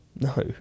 No